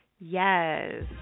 Yes